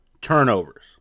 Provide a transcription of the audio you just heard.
Turnovers